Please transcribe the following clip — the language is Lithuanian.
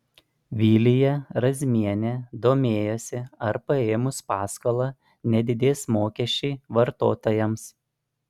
vilija razmienė domėjosi ar paėmus paskolą nedidės mokesčiai vartotojams